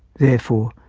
therefore,